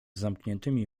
zamkniętymi